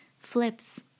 flips